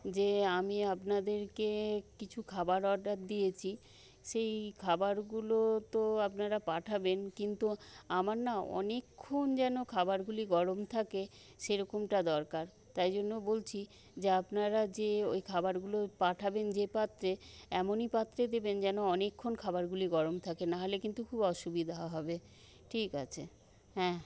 যে আমি আপনাদেরকে কিছু খাবার অর্ডার দিয়েছি সেই খাবারগুলো তো আপনারা পাঠাবেন কিন্তু আমার না অনেকক্ষন যেন খাবারগুলি গরম থাকে সেরকমটা দরকার তাই জন্য বলছি যে আপনারা যে ওই খাবারগুলো পাঠাবেন যে পাত্রে এমনই পাত্রে দেবেন যেন অনেক্ষন খাবারগুলি গরম থাকে নাহলে কিন্তু খুব অসুবিধা হবে ঠিক আছে হ্যাঁ